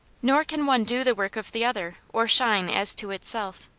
nor can one do the work of the other or shine as to itself.